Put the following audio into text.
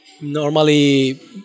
normally